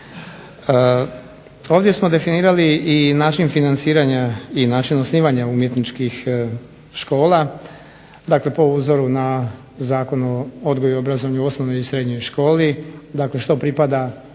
Ovdje smo definirali i način financiranja i način osnivanja umjetničkih škola. Dakle, po uzoru na Zakon o odgoju i obrazovanju u osnovnoj i srednjoj školi. Dakle, što pripada